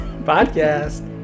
podcast